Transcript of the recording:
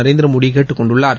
நரேந்திரமோடி கேட்டுக் கொண்டுள்ளார்